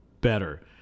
better